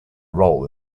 role